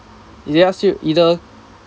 they ask you either